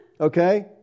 Okay